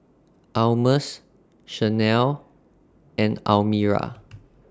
Almus Shanell and Almira